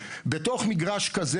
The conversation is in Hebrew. בתוך מגרש כזה,